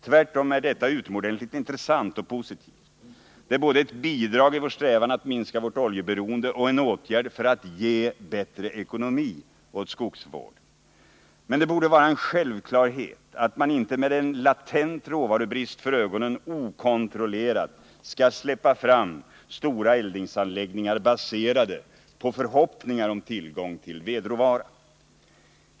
Tvärtom är detta utomordentligt intressant och positivt. Det är både bidrag i vår strävan att minska vårt oljeberoende och en åtgärd för att ge bättre ekonomi åt skogsvården. Men det borde vara en självklarhet att man inte med en latent råvarubrist för ögonen okontrollerat skall släppa fram stora eldningsanläggningar baserade på förhoppningar om tillgång till vedråvara.